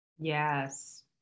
Yes